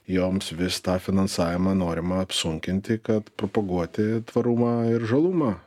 joms vis tą finansavimą norima apsunkinti kad propaguoti tvarumą ir žalumą